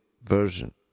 version